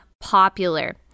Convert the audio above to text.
popular